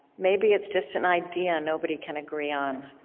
maybe it's just an idea nobody can agree on,